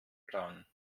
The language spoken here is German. plan